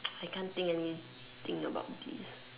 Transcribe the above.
I can't think anything about this